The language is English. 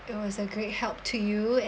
it was a great help to you